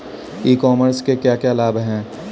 ई commerce से क्या क्या लाभ हैं?